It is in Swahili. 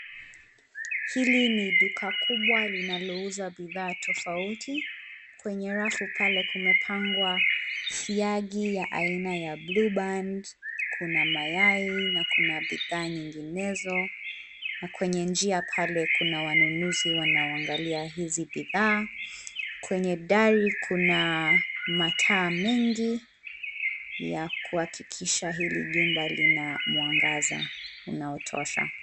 Hili ni duka kubwa linalouza bidhaa tofauti. Kwenye rafu pale kumepangwa siagi ya aina ya (cs) blueband (cs), kuna mayai na kuna bidhaa nyinginezo na kwenye njia pale kuna wanunuzi wanaoangalia hizi bidhaa. Kwenye dari kuna mataa mengi ya kuhakikisha hili jumba lina mwangaza unaotosha.